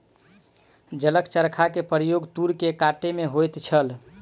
जलक चरखा के प्रयोग तूर के कटै में होइत छल